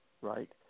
right